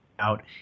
out